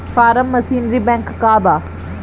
Form machinery bank का बा?